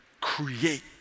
create